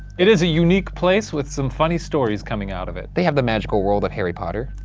it is a unique place with some funny stories coming out of it. they have the magical world of harry potter.